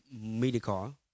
medical